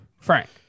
Frank